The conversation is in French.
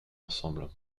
ensemble